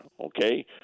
okay